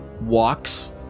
walks